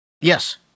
Yes